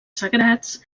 sagrats